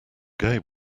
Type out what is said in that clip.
gay